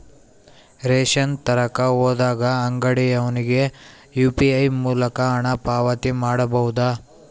Ration ತರಕ ಹೋದಾಗ ಅಂಗಡಿಯವನಿಗೆ ಯು.ಪಿ.ಐ ಮೂಲಕ ಹಣ ಪಾವತಿ ಮಾಡಬಹುದಾ?